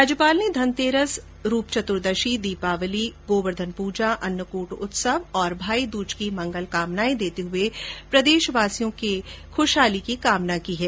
राज्यपाल ने धनतेरस रूप चतुर्दर्शी दीपावली गोवर्धन पूजा अन्नकूट उत्सव और भाई दूज की मंगल कामनाएं देते हए प्रदेशवासियों के खूशहाल जीवन की कामना की है